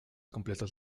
completos